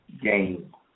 game